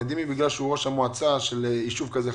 את דימי בגלל שהוא יושב ראש של מועצה של יישוב כזה חשוב.